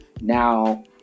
Now